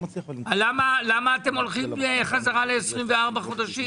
למה אתם הולכים חזרה ל-12 חודשים?